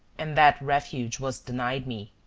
and that refuge was denied me.